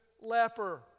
leper